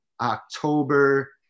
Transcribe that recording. October